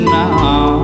now